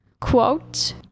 Quote